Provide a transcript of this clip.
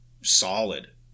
solid